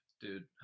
Dude